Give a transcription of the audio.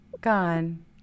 Gone